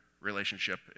relationship